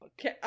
okay